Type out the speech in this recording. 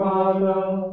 Father